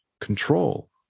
control